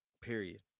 period